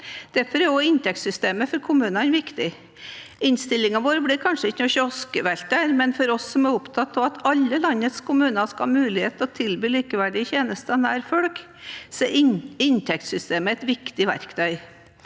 Derfor er også inntektssystemet for kommunene viktig. Innstillingen vår blir kanskje ikke en kioskvelter, men for oss som er opptatt av at alle landets kommuner skal ha mulighet til å tilby likeverdige tjenester nær folk, er inntektssystemet et viktig verktøy.